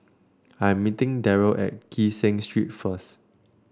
I'm meeting Darry at Kee Seng Street first